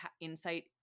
insight